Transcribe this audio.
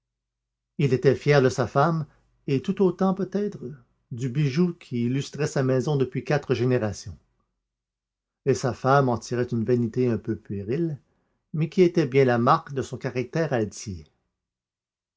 il était fier de sa femme et tout autant peut-être du bijou qui illustrait sa maison depuis quatre générations et sa femme en tirait une vanité un peu puérile mais qui était bien la marque de son caractère altier